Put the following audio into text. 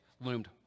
loomed